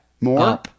More